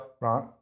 Right